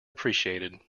appreciated